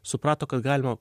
suprato kad galima